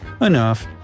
Enough